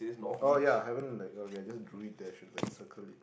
oh ya haven't like okay I just drew it there should like circle it